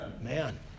man